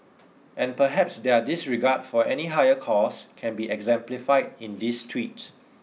and perhaps their disregard for any higher cause can be exemplified in this tweet